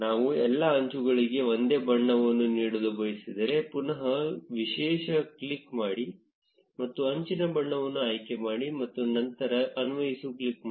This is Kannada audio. ನಾವು ಎಲ್ಲಾ ಅಂಚುಗಳಿಗೆ ಒಂದೇ ಬಣ್ಣವನ್ನು ನೀಡಲು ಬಯಸಿದರೆ ಪುನಃ ವಿಶೇಷ ಕ್ಲಿಕ್ ಮಾಡಿ ಮತ್ತು ಅಂಚಿನ ಬಣ್ಣವನ್ನು ಆಯ್ಕೆ ಮಾಡಿ ಮತ್ತು ನಂತರ ಅನ್ವಯಿಸು ಕ್ಲಿಕ್ ಮಾಡಿ